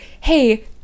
hey